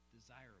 desirable